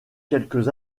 quelques